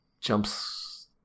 jumps